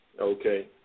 Okay